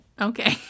okay